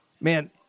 Man